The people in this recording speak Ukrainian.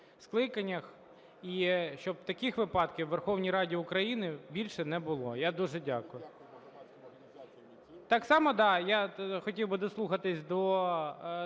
скликаннях, і щоб таких випадків в Верховній Раді України більше не було. Я дуже дякую. Так само я хотів би дослухатися до